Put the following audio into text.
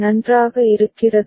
நன்றாக இருக்கிறதா